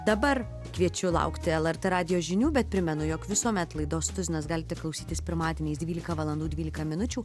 dabar kviečiu laukti lrt radijo žinių bet primenu jog visuomet laidos tuzinas galite klausytis pirmadieniais dvylika valandų dvylika minučių